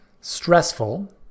stressful